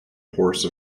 horse